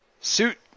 suit